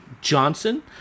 Johnson